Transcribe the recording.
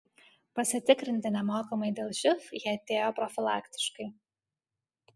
pasitikrinti nemokamai dėl živ jie atėjo profilaktiškai